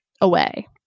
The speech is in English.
away